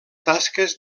tasques